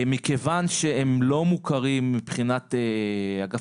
מכיוון שהם לא מוכרים מבחינת אגף